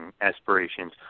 aspirations